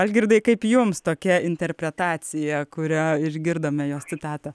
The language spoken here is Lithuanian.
algirdai kaip jums tokia interpretacija kurią išgirdome jos citatą